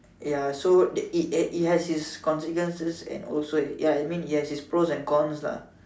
ya so the it eh it has it's consequences and also ya I mean it has its pros and cons lah